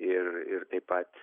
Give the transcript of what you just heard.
ir ir taip pat